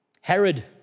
Herod